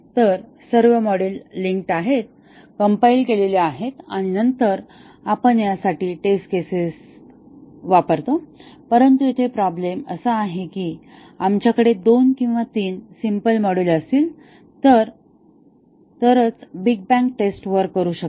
तर सर्व module linked आहेत कंपाइल केले आहेत आणि नंतर आपण यासाठी टेस्ट केसेस चालवतो परंतु येथे प्रॉब्लेम अशी आहे की आमच्याकडे दोन किंवा तीन सिम्पल मॉड्यूल असतील तरच बिग बॅंग टेस्ट वर्क करू शकते